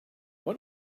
what